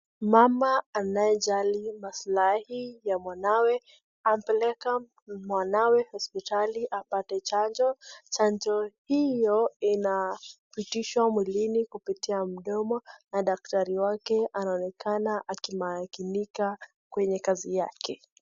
Mama anayejali maslahi ya mwanawe anapeleka mwanawe hospitali apate chanjo, chanjo hiyo inapitishwa mwilini kupitia mdomo na daktari wake anaonekana akimakinika kwenye kazi yake.